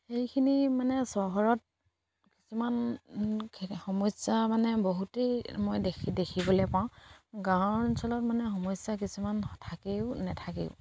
সেইখিনি মানে চহৰত কিছুমান সমস্যা মানে বহুতেই মই দেখি দেখিবলে পাওঁ গাঁৱৰ অঞ্চলত মানে সমস্যা কিছুমান থাকেও নেথাকেও